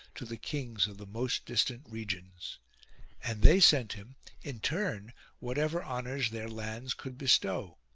to the kings of the most distant regions and they sent him in turn whatever honours their lands could bestow.